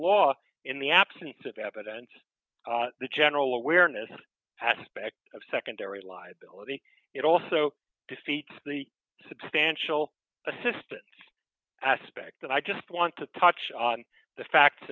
law in the absence of evidence the general awareness aspect of secondary liability it also defeat the substantial assistance aspect that i just want to touch on the facts